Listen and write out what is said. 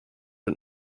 and